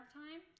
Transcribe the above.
time